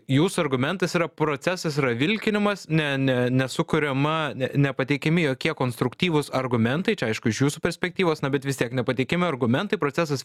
jūsų argumentas yra procesas yra vilkinimas ne ne nesukuriama ne nepateikiami jokie konstruktyvūs argumentai čia aišku iš jūsų perspektyvos na bet vis tiek nepateikiami argumentai procesas